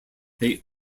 they